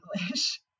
English